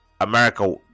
America